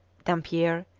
dampier,